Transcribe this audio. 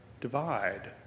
divide